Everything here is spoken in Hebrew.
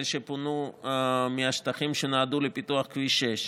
אלה שפונו מהשטחים שנועדו לפיתוח כביש 6,